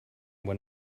when